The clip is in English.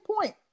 point